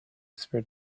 for